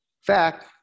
fact